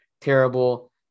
terrible